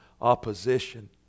opposition